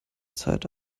zeit